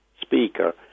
speaker